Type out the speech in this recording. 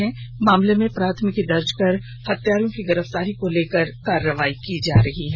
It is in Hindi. इस मामले में प्राथमिकी दर्ज कर हत्यारों की गिरफ्तारी को लेकर कार्रवाई कर रही है